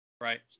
Right